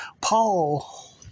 Paul